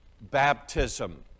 baptism